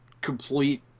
complete